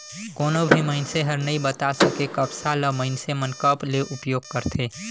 कोनो भी मइनसे हर नइ बता सके, कपसा ल मइनसे मन कब ले उपयोग करथे